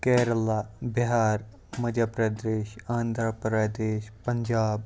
Kerala Bihar Madhya Pradesh Andhra Pradesh Punjab